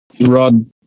rod